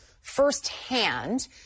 firsthand